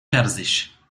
persisch